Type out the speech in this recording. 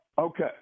Okay